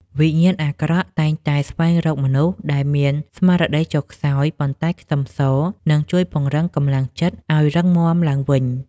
វិញ្ញាណអាក្រក់តែងតែស្វែងរកមនុស្សដែលមានស្មារតីចុះខ្សោយប៉ុន្តែខ្ទឹមសនឹងជួយពង្រឹងកម្លាំងចិត្តឱ្យរឹងមាំឡើងវិញ។